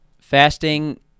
Fasting